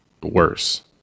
worse